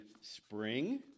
spring